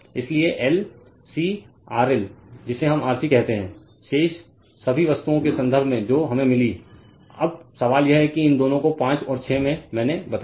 इसलिए L C RL जिसे हम RC कहते हैं शेष सभी वस्तुओं के संदर्भ में जो हमें मिली अब सवाल यह है कि इन दोनों को 5 और 6 में मैंने बताया